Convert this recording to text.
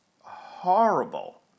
horrible